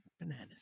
bananas